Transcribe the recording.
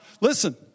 Listen